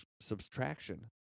subtraction